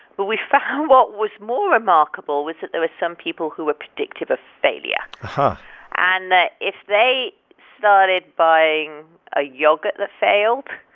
but we found what was more remarkable was that there were some people who were predictive of failure and and that if they started buying a yogurt that failed.